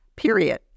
period